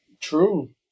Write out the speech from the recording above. True